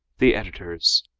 the editors.